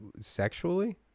sexually